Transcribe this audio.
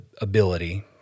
ability